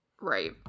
Right